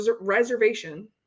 reservation